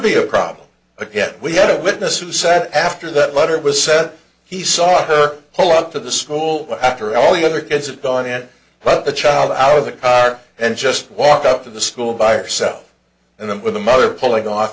be a problem again we had a witness who said after that letter was said he saw her hole up to the school after all the other kids have done it but the child out of the car and just walked up to the school by herself and then with the mother pulling off